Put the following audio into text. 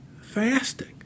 fasting